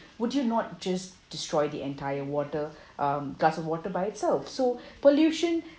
would you not just destroy the entire water um glass of water by itself so pollution